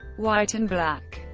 white and black,